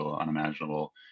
unimaginable